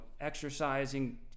exercising